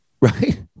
right